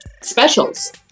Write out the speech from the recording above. Specials